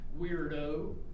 Weirdo